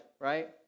right